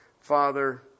father